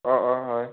অঁ অঁ হয়